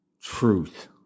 truth